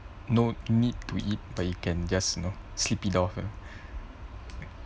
no need to eat but you can just you know sleep it off